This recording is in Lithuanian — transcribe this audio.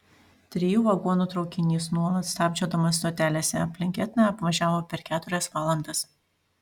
trijų vagonų traukinys nuolat stabčiodamas stotelėse aplink etną apvažiavo per keturias valandas